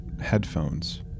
headphones